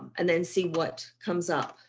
and then see what comes up.